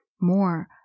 more